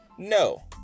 no